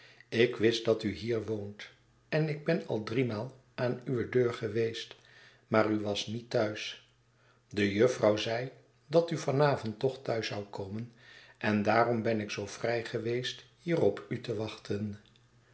ik wist dat u hier woont en ik ben al driemaal aan uwe deur geweest maar u was niet thuis de juffrouw zei dat u van avond toch thuis zoû komen en daarom ben ik zoo vrij geweest hier op u te wachten